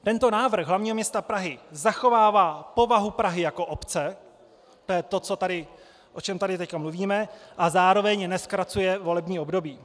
Tento návrh hlavního města Prahy zachovává povahu Prahy jako obce to je to, o čem tady teď mluvíme a zároveň nezkracuje volební období.